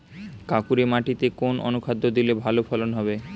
কাঁকুরে মাটিতে কোন অনুখাদ্য দিলে ভালো ফলন হবে?